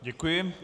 Děkuji.